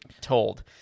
told